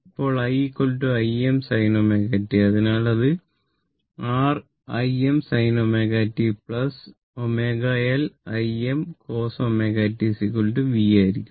ഇപ്പോൾ i Im sin ω t അതിനാൽ അത് R Im sin ω t ω L Im cos ω t v ആയിരിക്കും